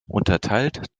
unterteilt